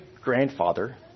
grandfather